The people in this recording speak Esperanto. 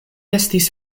estis